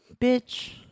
Bitch